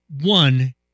one